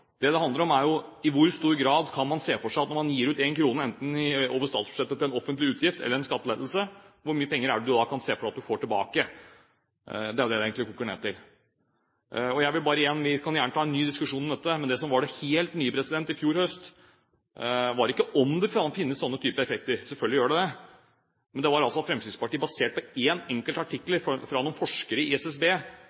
er: Når man gir ut én krone, enten over statsbudsjettet til en offentlig utgift eller en skattelettelse, hvor mye penger er det du da kan se for deg at du får tilbake? Det er egentlig det det koker ned til. Jeg kan gjerne ta en ny diskusjon om dette, men det som var det helt nye i fjor høst, var ikke om det finnes den typen effekter – selvfølgelig gjør det det – men det var at Fremskrittspartiet, basert på én enkelt